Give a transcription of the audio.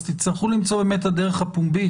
אז תצטרכו למצוא באמת את הדרך הפומבית,